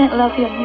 ah love your